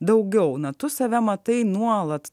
daugiau na tu save matai nuolat